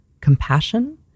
compassion